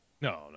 no